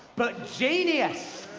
but genius.